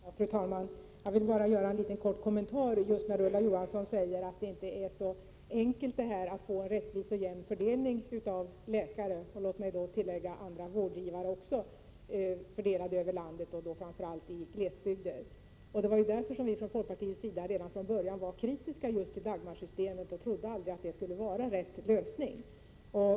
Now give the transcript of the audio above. Fru talman! Jag vill bara göra en liten kommentar med anledning av att Ulla Johansson sade att det inte är så enkelt att när det gäller läkare få en rättvis och jämn fördelning över landet, framför allt då det gäller glesbygderna. Låt mig tillägga att detta även gäller andra vårdgivare. Detta var ju anledningen till att vi inom folkpartiet redan från början var kritiska till just Dagmarsystemet. Vi trodde aldrig att det skulle vara den riktiga lösningen.